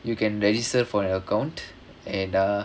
you can register for an account and err